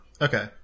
Okay